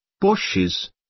bushes